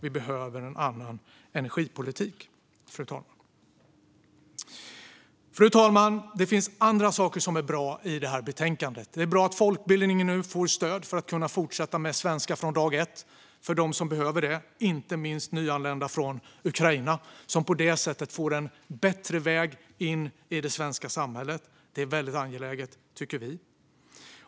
Vi behöver en annan energipolitik, fru talman. Fru talman! Det finns andra saker som är bra i detta betänkande. Det är bra att folkbildningen nu får stöd så att de som behöver det ska kunna fortsätta med svenska från dag ett - inte minst nyanlända från Ukraina, som på det sättet får en bättre väg in i det svenska samhället. Detta är väldigt angeläget, tycker vi.